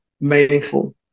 meaningful